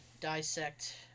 dissect